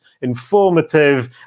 informative